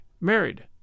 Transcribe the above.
Married